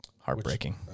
Heartbreaking